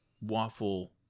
waffle